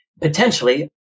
potentially